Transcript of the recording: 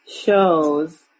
shows